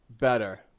better